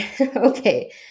Okay